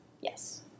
Yes